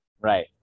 right